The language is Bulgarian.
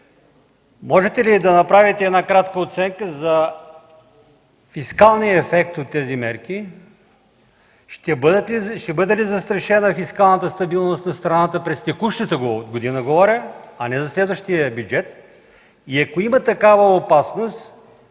можете ли да направите една кратка оценка за фискалния ефект от тези мерки? Ще бъде ли застрашена фискалната стабилност на страната – говоря, през текущата година, а не за следващия бюджет? Ако има такава опасност,